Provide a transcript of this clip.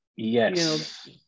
Yes